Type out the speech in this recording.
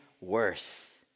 worse